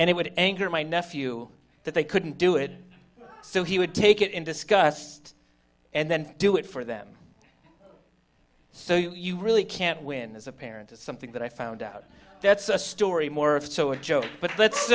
it would anger my nephew that they couldn't do it so he would take it in disgust and then do it for them so you really can't win as a parent to something that i found out that's a story more so a joke but